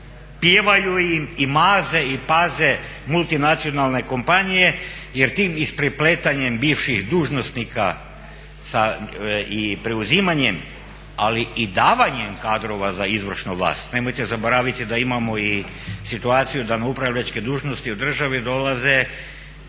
pjevaju im i maze i paze multinacionalne kompanije jer tim isprepletanjem bivših dužnosnika sa i preuzimanjem ali i davanjem kadrova za izvršnu vlast. Nemojte zaboraviti da imamo i situaciju da na upravljačke dužnosti u državi dolaze